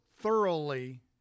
Thoroughly